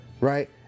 Right